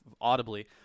audibly